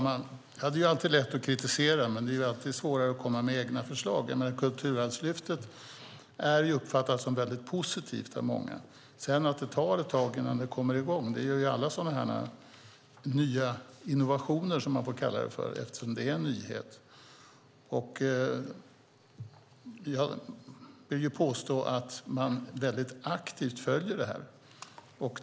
Herr talman! Det är alltid lätt att kritisera, men det är svårare att komma med egna förslag. Kulturarvslyftet uppfattas som väldigt positivt av många. Sedan tar det ett tag innan det kommer i gång. Så är det med alla sådana här nya innovationer, som man får kalla det eftersom det är en nyhet. Jag vill påstå att man väldigt aktivt följer det här.